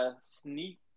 sneak